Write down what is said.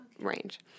range